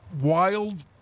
wild